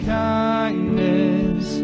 kindness